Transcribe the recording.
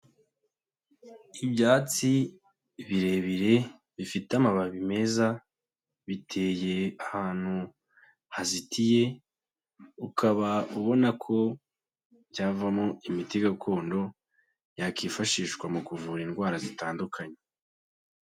Ibyatsi birebire, bifite amababi meza, biteye ahantu hazitiye, ukaba ubona ko byavamo imiti gakondo yakifashishwa mu kuvura indwara zitandukanye.